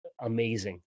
amazing